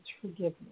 forgiveness